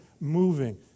moving